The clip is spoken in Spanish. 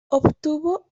obtuvo